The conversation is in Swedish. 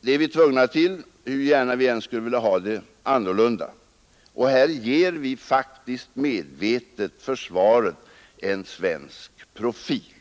Det är vi tvungna till, hur gärna vi än skulle vilja ha det annorlunda, och här ger vi faktiskt medvetet försvaret en svensk profil.